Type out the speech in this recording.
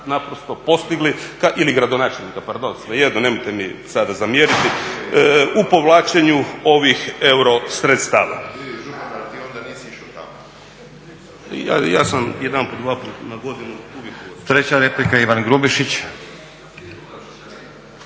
naprosto postigli, ili gradonačelnika pardon, svejedno nemojte mi sada zamjeriti, u povlačenju ovih euro sredstava. **Stazić, Nenad (SDP)** Treća replika, Ivan Grubišić.